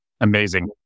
Amazing